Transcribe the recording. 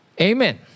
Amen